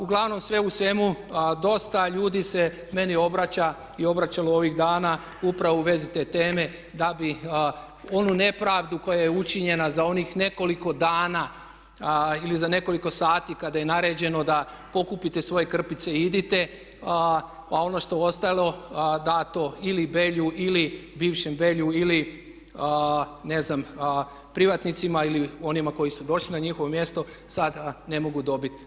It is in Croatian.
Uglavnom sve u svemu dosta ljudi se meni obraća i obraćalo ovih dana upravo u vezi te teme da bi onu nepravdu koja je učinjena za onih nekoliko dana ili za nekoliko sati kada je naređeno da pokupite svoje krpice i idite, a ono što je ostalo dato ili Belju ili bivšem Belju ili ne znam privatnicima ili onima koji su došli na njihovo mjesto sada ne mogu dobiti.